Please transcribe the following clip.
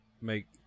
make